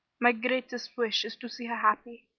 my greatest wish is to see her happy.